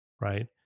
right